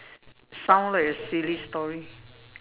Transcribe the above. sound like a silly story